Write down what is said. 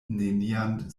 nenian